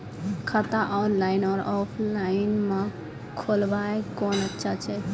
खाता ऑनलाइन और ऑफलाइन म खोलवाय कुन अच्छा छै?